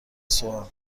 سوال